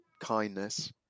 kindness